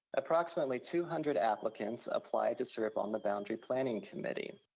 approximately two hundred applicants applied to serve on the boundary planning committee.